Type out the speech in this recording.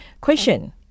question